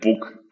book